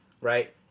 right